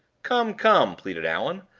come! come! pleaded allan.